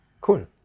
Cool